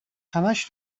همش